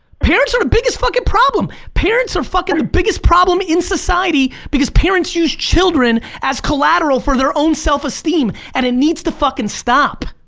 parents are the biggest fucking problem. parents are fucking the biggest problem in society because parents use children as collateral for their own self esteem and it needs to fucking stop.